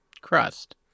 crust